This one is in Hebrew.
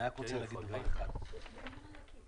יש מתווה כניסת תיירים לארץ.